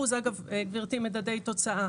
משה.